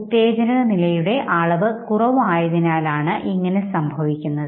ഉത്തേജക നിലയുടെ അളവ് കുറവായതിനാലാണിത്